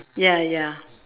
ya ya